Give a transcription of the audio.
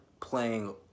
playing